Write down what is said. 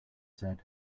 said